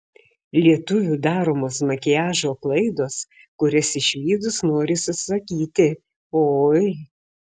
lietuvių daromos makiažo klaidos kurias išvydus norisi sakyti oi